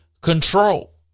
control